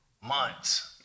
months